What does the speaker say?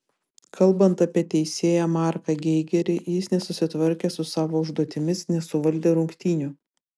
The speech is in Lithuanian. kalbant apie teisėją marką geigerį jis nesusitvarkė su savo užduotimis nesuvaldė rungtynių